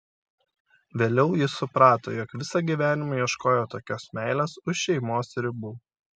vėliau jis suprato jog visą gyvenimą ieškojo tokios meilės už šeimos ribų